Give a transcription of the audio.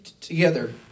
together